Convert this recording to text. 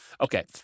okay